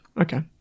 okay